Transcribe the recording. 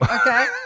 Okay